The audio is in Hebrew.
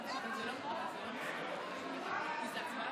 חברי הכנסת,